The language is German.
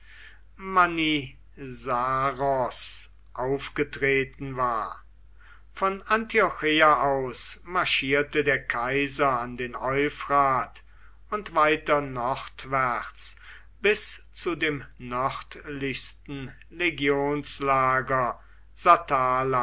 manisaros aufgetreten war von antiocheia aus marschierte der kaiser an den euphrat und weiter nordwärts bis zu dem nördlichsten legionslager